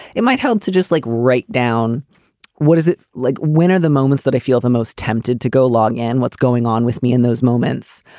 it might help to just like write down what is it like winner the moments that i feel the most tempted to go log in. what's going on with me in those moments?